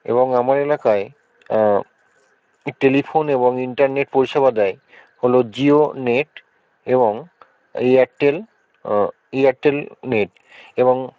এবং আমার এলাকায় টেলিফোন এবং ইন্টারনেট পরিষেবা দেয় হলো জিও নেট এবং এয়ারটেল এয়ারটেল নেট এবং